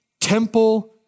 temple